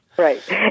Right